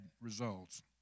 results